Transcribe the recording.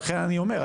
ולכן אני אומר,